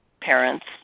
parents